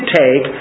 take